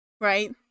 right